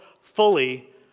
fully